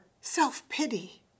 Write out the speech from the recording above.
self-pity